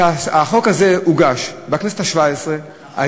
שהחוק הזה הוגש בכנסת השבע-עשרה, נכון.